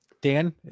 Dan